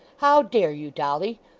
how dare you, dolly?